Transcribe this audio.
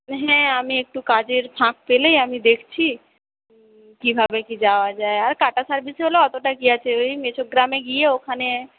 হ্যাঁ আমি একটু কাজের ফাঁক পেলেই আমি দেখছি কীভাবে কী যাওয়া যায় আর কাটা সার্ভিস হলে অতটা কী আছে ওই মেছোগ্রামে গিয়ে ওখানে